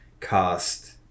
cast